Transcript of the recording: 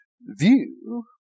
view